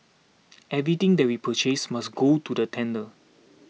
everything that we purchase must go to the tender